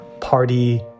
party